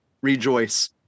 rejoice